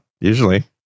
usually